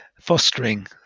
fostering